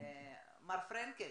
מר פרנקל,